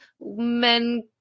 men